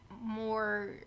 more